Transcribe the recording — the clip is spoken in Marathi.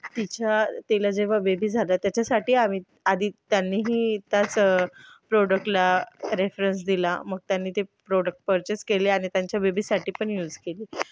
तिच्या तिला जेव्हा बेबी झालं त्याच्यासाठी आम्ही आधी त्यांनीही त्याच प्रॉडक्टला रेफरन्स दिला मग त्यांनी ते प्रोडक्ट परचेस केले आणि त्यांच्या बेबीसाठी पण यूज केले